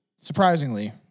surprisingly